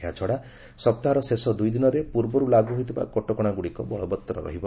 ଏହାଛଡ଼ା ସପ୍ତାହର ଶେଷ ଦୁଇଦିନରେ ପୂର୍ବରୁ ଲାଗୁ ହୋଇଥିବା କଟକଣାଗୁଡ଼ିକ ବଳବତ୍ତର ରହିବ